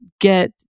get